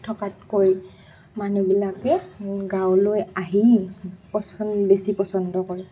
থকাতকৈ মানুহবিলাকে গাঁৱলৈ আহি পচন্দ বেছি পচন্দ কৰে